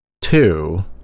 Two